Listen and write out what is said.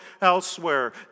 elsewhere